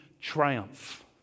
triumph